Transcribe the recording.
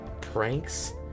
pranks